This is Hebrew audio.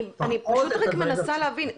אני מנסה להבין,